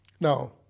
Now